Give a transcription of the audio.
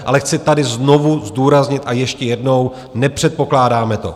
Ale chci tady znovu zdůraznit ještě jednou, nepředpokládáme to.